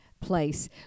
place